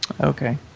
Okay